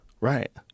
Right